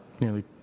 nearly